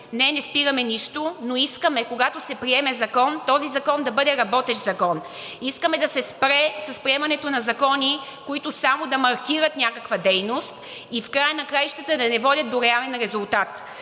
Не, не спираме нищо, но искаме, когато се приеме закон, този закон да бъде работещ закон. Искаме да се спре с приемането на закони, които само да маркират някаква дейност и в края на краищата да не водят до реален резултат.